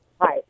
Hi